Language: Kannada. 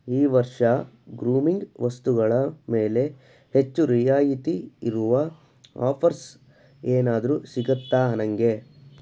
ಈ ವರ್ಷ ಗ್ರೂಮಿಂಗ್ ವಸ್ತುಗಳ ಮೇಲೆ ಹೆಚ್ಚು ರಿಯಾಯಿತಿಯಿರುವ ಆಫರ್ಸ್ ಏನಾದರೂ ಸಿಗುತ್ತಾ ನನಗೆ